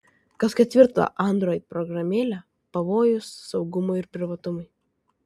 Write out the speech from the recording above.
kas ketvirta android programėlė pavojus saugumui ir privatumui